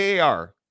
AAR